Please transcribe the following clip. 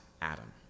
Adam